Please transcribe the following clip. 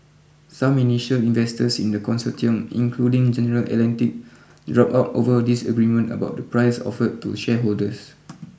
some initial investors in the consortium including General Atlantic drop out over disagreement about the price offered to shareholders